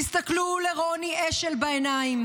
תסתכלו לרוני אשל בעיניים.